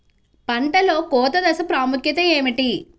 పంటలో కోత దశ ప్రాముఖ్యత ఏమిటి?